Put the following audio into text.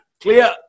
Clear